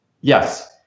Yes